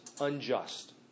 unjust